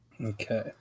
Okay